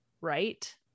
Right